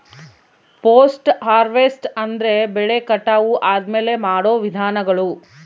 post harvest ಅಂದ್ರೆ ಬೆಳೆ ಕಟಾವು ಆದ್ಮೇಲೆ ಮಾಡೋ ವಿಧಾನಗಳು